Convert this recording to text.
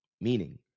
meaning